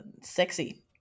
Sexy